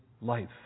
life